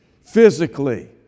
physically